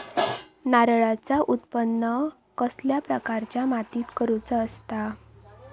नारळाचा उत्त्पन कसल्या प्रकारच्या मातीत करूचा असता?